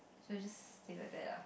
so it just stick like that ah